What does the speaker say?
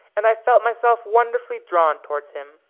and i felt myself wonderfully drawn towards him.